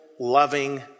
Loving